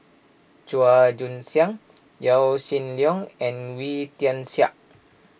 Chua Joon Siang Yaw Shin Leong and Wee Tian Siak